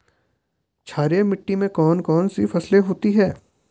क्षारीय मिट्टी में कौन कौन सी फसलें होती हैं?